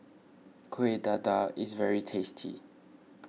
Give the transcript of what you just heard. Kueh Dadar is very tasty